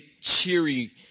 cheery